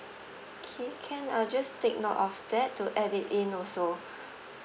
can can I just take note of that to add it in also